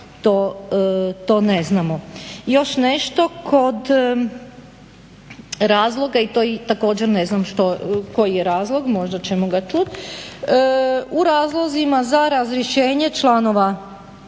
to ne znamo. Još nešto, kod razloga i to također ne znam koji je razlog, možda ćemo ga čut, u razlozima za razrješenje članova